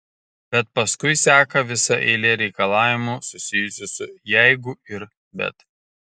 bet paskui seka visa eilė reikalavimų susijusių su jeigu ir bet